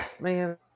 Man